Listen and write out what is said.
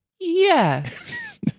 yes